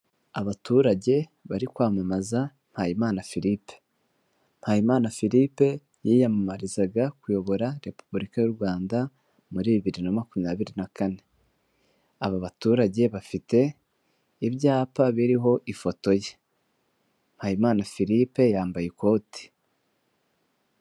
Abaturage bari kwamamaza Mpayimana Philipe, Mpayimana Philipe yiyamamarizaga kuyobora repubulika y'u Rwanda muri bibiri na makumyabiri na kane aba baturage bafite ibyapa biriho ifoto ye Mpayimana Philipe yambaye ikote.